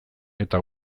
eta